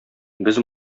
без